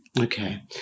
Okay